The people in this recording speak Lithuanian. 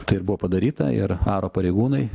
tai ir buvo padaryta ir aro pareigūnai